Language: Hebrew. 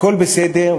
הכול בסדר.